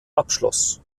abschloss